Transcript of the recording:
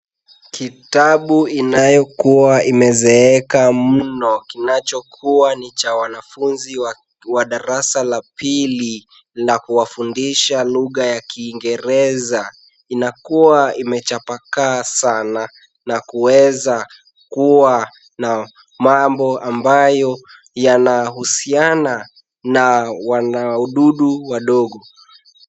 Kitabu inayokuwa imezoeka mno kinachokuwa ni cha wanafunzi wa darasa la pili, na kuwafundisha lugha ya Kiingereza, inakuwa imechapakasa na kuweza kuwa na mambo ambayo yanahusiana na wanaodudu wadogo.